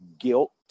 Guilt